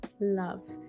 love